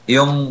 Yung